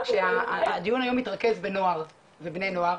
הדיון היום התרכז בבני נוער,